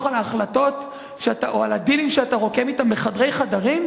על ההחלטות או על הדילים שאתה רוקם אתם בחדרי חדרים?